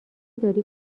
داری